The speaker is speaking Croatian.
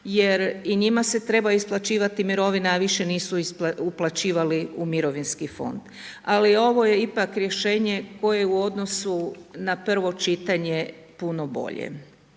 jer i njima se treba isplaćivali mirovine, a više nisu uplaćivali u mirovinski fond. Ali ovo je ipak rješenje, koje u odnosu na prvo čitanje puno bolje.